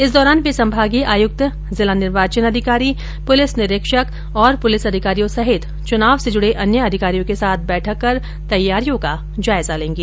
इस दौरान वे संभागीय आयुक्त जिला निर्वाचन अधिकारी पुलिस निरीक्षक और पुलिस अधिकारियों सहित चुनाव से जुडे अन्य अधिकारियों के साथ बैठक कर तैयारियों का जायजा लेंगे